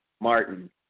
Martin